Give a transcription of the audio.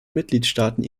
mitgliedstaaten